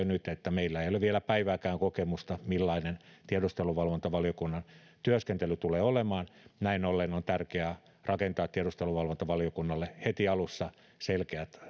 nyt että meillä ei ole vielä päivääkään kokemusta millaista tiedusteluvalvontavaliokunnan työskentely tulee olemaan näin ollen on tärkeää rakentaa tiedusteluvalvontavaliokunnalle heti alussa selkeät